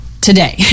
today